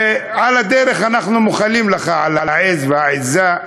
ועל הדרך אנחנו מוחלים לך על העז והעזה.